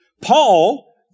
Paul